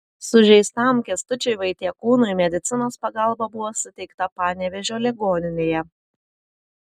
sužeistam kęstučiui vaitiekūnui medicinos pagalba buvo suteikta panevėžio ligoninėje